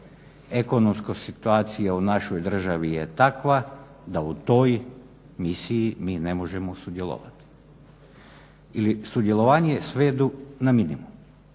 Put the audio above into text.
ekonomska situacija je u našoj državi je takva da u toj misiji mi ne možemo sudjelovati. Ili sudjelovanje svedu na minimum,